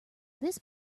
this